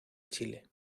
chile